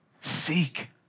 Seek